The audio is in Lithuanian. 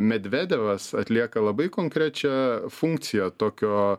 medvedevas atlieka labai konkrečią funkciją tokio